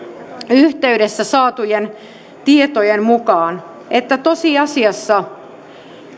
yhteydessä saatujen tietojen mukaan että tosiasiassa